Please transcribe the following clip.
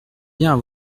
bien